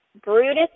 Brutus